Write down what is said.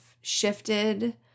shifted